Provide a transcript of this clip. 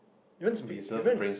Even speak Even